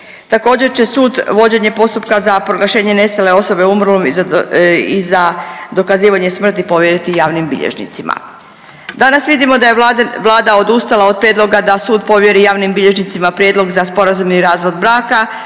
Također će sud vođenje postupka za proglašenje nestale osobe umrlom i za dokazivanje smrti povjeriti javnim bilježnicima. Danas vidimo da je Vlada odustala od prijedloga da sud povjeri javnim bilježnicima prijedlog za sporazumni razvod baka